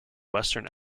western